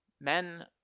Men